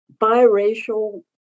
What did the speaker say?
biracial